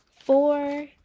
Four